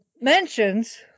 mentions